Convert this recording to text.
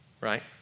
right